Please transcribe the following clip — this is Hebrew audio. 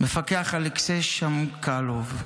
מפקח אלכסיי שמקלוב.